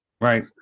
right